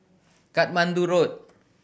Katmandu Road